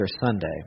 Sunday